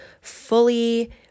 fully